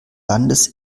landes